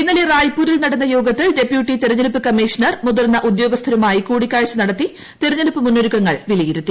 ഇന്നലെ റായ്പൂരിൽ നടന്ന യോഗത്തിൽ ഡെപ്യൂട്ടി തെരഞ്ഞെടുപ്പ് കമ്മീഷ്ണർ മുതിർന്ന ഉദ്യോഗസ്ഥരുമായി കൂടിക്കാഴ്ച നടത്തി തെരഞ്ഞെടുപ്പ് മുന്നൊരുക്കങ്ങൾ വിലയിരുത്തി